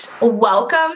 Welcome